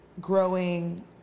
growing